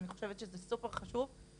אני חושבת שזה סופר חשוב,